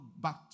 back